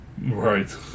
Right